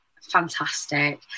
fantastic